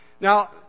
Now